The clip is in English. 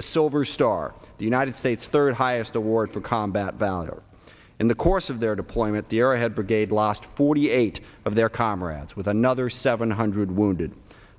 silver star the united states third highest award for combat valor in the course of their deployment the arrowhead brigade lost forty eight of their comrades with another seven hundred wounded